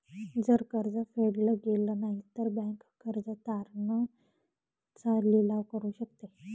जर कर्ज फेडल गेलं नाही, तर बँक कर्ज तारण चा लिलाव करू शकते